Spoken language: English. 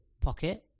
pocket